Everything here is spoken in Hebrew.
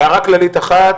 הערה כללית אחת,